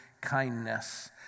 kindness